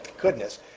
Goodness